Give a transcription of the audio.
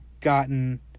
gotten